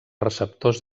receptors